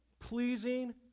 pleasing